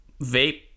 vape